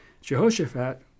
Jehoshaphat